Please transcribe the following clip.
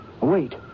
Wait